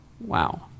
wow